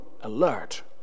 alert